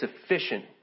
sufficient